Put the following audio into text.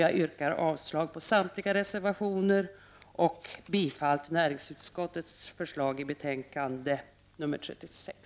Jag yrkar avslag på samtliga reservationer och bifall till näringsutskottets förslag i betänkandet nr 36.